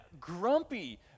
grumpy